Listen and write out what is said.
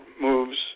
moves